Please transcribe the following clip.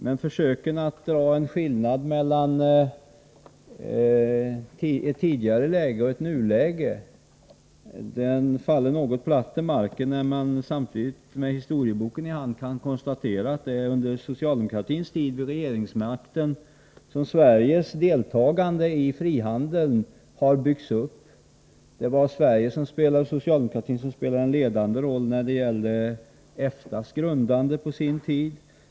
Men försöken att påvisa en skillnad mellan ett tidigare läge och nuläget faller platt till marken, när man med historieboken i hand kan konstatera att det är under socialdemokratins tid vid regeringsmakten som Sveriges deltagande i frihandeln har byggts upp. Det var socialdemokratin som spelade en ledande roll när det på sin tid gällde EFTA:s grundande.